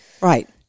Right